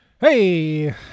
Hey